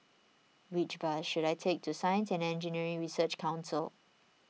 which bus should I take to Science and Engineering Research Council